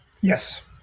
yes